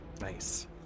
Nice